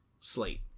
Slate